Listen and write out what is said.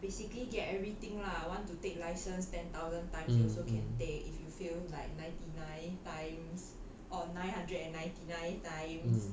basically get everything lah want to take license ten thousand times you also can take if you fail like ninety nine times or nine hundred and ninety nine times